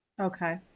Okay